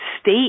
state